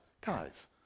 guys